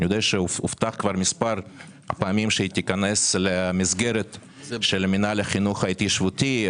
אני יודע שהובטח מספר פעמים שתיכנס למסגרת של המינהל לחינוך ההתיישבותי.